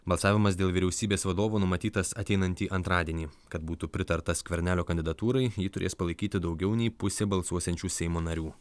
balsavimas dėl vyriausybės vadovo numatytas ateinantį antradienį kad būtų pritarta skvernelio kandidatūrai jį turės palaikyti daugiau nei pusė balsuosiančių seimo narių